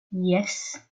yes